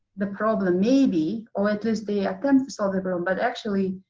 the problem, maybe, or it was the attempt to solve the problem. but actually,